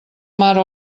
mare